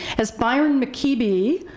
as byron mckeeby,